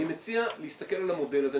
אני מציע להסתכל על המודל הזה,